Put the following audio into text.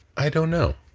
i don't know.